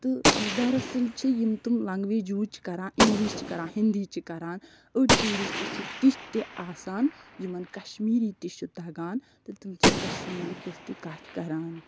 تہٕ دراصٕل چھِ یِم تِم لَنگویج یوٗز چھِ کَران اِنگلِش چھِ کَران ہینٛدی چھِ کَران أڑۍ ٹیٛوٗرِسٹہٕ چھِ تِتھۍ تہِ آسان یِمَن کَشمیٖری تہِ چھُ تگان تہٕ تِم چھِ کَشمیری پٲٹھۍ تہِ کَتھ کران